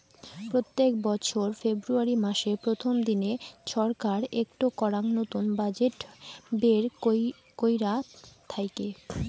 প্রত্যেক বছর ফেব্রুয়ারী মাসের প্রথম দিনে ছরকার একটো করাং নতুন বাজেট বের কইরা থাইকে